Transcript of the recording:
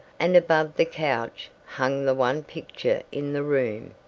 and above the couch hung the one picture in the room,